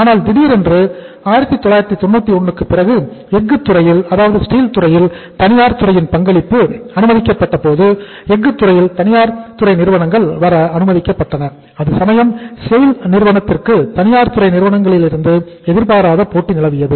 ஆனால் திடீரென்று 1991 க்குப் பிறகு எஃகு துறையில் தனியார் துறையின் பங்களிப்பு அனுமதிக்கப்பட்டபோது எஃகு துறையில் தனியார் துறை நிறுவனங்கள் வர அனுமதிக்கப்பட்டன அது சமயம் SAIL நிறுவனத்திற்கு தனியார் துறை நிறுவனங்களிலிருந்து எதிர்பாராத போட்டி நிலவியது